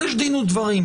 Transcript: אז יש דין ודברים,